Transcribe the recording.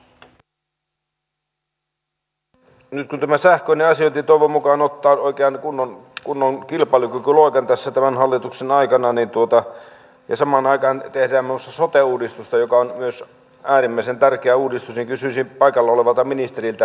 nyt kun tämä sähköinen asiointi toivon mukaan ottaa oikein kunnon kilpailukykyloikan tässä tämän hallituksen aikana ja samaan aikaan tehdään sote uudistusta joka myös on äärimmäisen tärkeä uudistus niin kysyisin paikalla olevalta ministeriltä